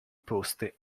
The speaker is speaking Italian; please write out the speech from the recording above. poste